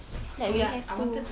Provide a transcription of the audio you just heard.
it's like we have to